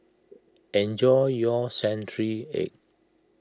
enjoy your Century Egg